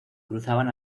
cruzaban